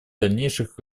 дальнейших